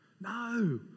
No